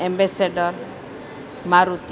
ambassador Maruti